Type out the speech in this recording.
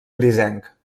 grisenc